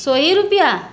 सौ ही रुपया